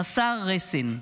חסר רסן.